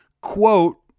quote